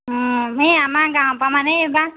সেই আমাৰ গাঁৱৰপৰা মানে এইবাৰ